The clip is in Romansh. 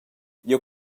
jeu